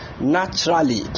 naturally